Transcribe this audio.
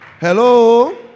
Hello